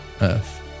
Earth